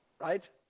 Right